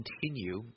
continue